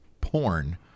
porn